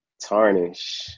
tarnish